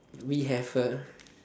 we have a